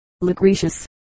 Lucretius